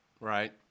right